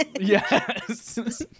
Yes